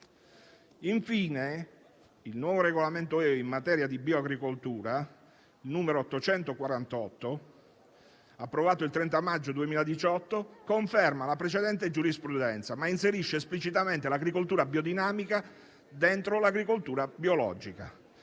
Infine, il nuovo regolamento in materia di bioagricoltura (il n. 848, approvato il 30 maggio 2018) conferma la precedente giurisprudenza, ma inserisce l'agricoltura biodinamica nell'ambito di quella biologica,